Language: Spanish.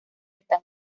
están